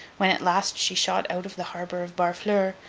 when, at last, she shot out of the harbour of barfleur,